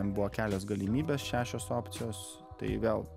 buvo kelios galimybės šešios opcijos tai vėl